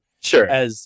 Sure